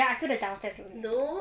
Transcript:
ya I feel the downstairs look nicer